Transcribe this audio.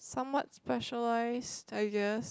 somewhat specialised I guess